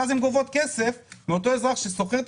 ואז הן גובות כסף מאותו אזרח ששוכר את